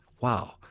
wow